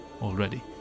already